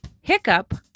hiccup